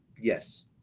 Yes